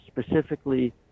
specifically